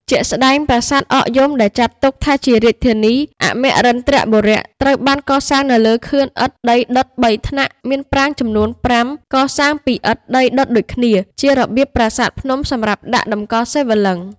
ជាក់ស្ដែង ប្រាសាទអកយំ ដែលចាត់ទុកថាជារាជធានីអមរិន្ទ្របុរៈ ត្រូវបានកសាងនៅលើខឿនឥដ្ឋដីដុត ៣ ថ្នាក់ មានប្រាង្គចំនួន ៥ កសាងពីឥដ្ឋដីដុតដូចគ្នា ជារបៀបប្រាសាទភ្នំសម្រាប់ដាក់តម្កល់សិវលិង្គ។